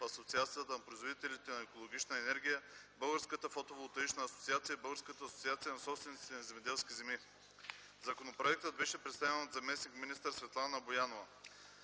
Асоциацията на производителите на екологична енергия, Българската фотоволтаична асоциация и Българската асоциация на собствениците на земеделски земи. Законопроектът беше представен от заместник-министър Светлана Боянова.